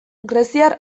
greziar